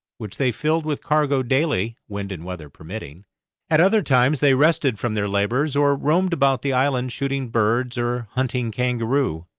which they filled with cargo daily, wind and weather permitting at other times they rested from their labours, or roamed about the island shooting birds or hunting kangaroo.